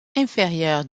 inférieure